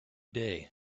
day